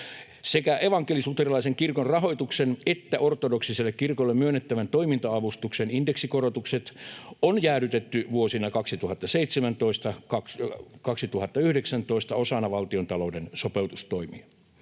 Sekä evankelis-luterilaisen kirkon rahoituksen että ortodoksiselle kirkolle myönnettävän toiminta-avustuksen indeksikorotukset on jäädytetty vuosina 2017—2019 osana valtiontalouden sopeutustoimia.